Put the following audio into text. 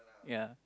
ya